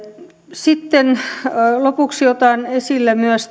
sitten lopuksi otan esille myös